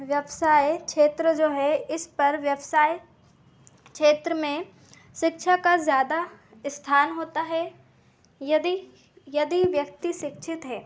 व्यवसाय क्षेत्र जो है इस पर व्यवसाय क्षेत्र में शिक्षा का ज़्यादा स्थान होता है यदि यदि व्यक्ति शिक्षित है